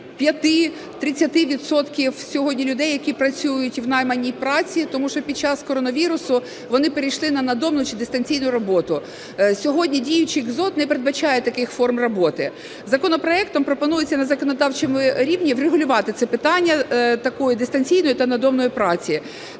сьогодні людей, які працюють в найманій праці, тому що під час коронавірусу вони перейшли на надомну чи дистанційну роботу. Сьогодні діючий КЗоТ не передбачає таких форм роботи. Законопроектом пропонується на законодавчому рівні врегулювати це питання такої дистанційної та надомної праці.